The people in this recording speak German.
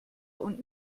und